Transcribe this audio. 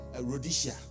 Rhodesia